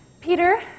Peter